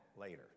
later